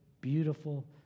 beautiful